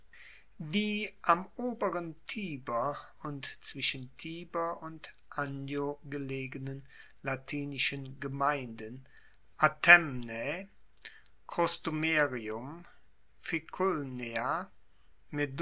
die am oberen tiber und zwischen tiber und anio gelegenen latinischen gemeinden